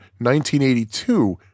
1982